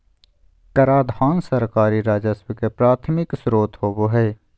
कराधान सरकारी राजस्व के प्राथमिक स्रोत होबो हइ